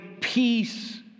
peace